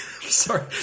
Sorry